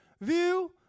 view